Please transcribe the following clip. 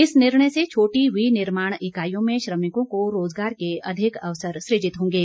इस निर्णय से छोटी विनिर्माण इकाईयों में श्रमिकों को रोज़गार के अधिक अवसर सृजित होंगे